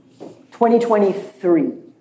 2023